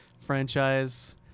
franchise